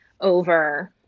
over